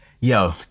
yo